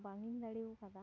ᱵᱟᱝ ᱤᱧ ᱫᱟᱲᱮᱣᱟᱠᱟᱫᱟ